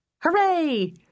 Hooray